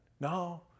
No